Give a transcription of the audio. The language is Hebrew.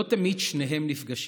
לא תמיד שניהם נפגשים.